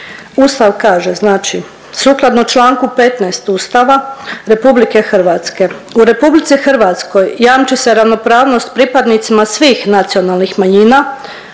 Ustav kaže znači, sukladno Članku 15. Ustava RH u RH jamči se ravnopravnost pripadnicima svih nacionalnih manjina,